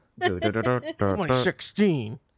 2016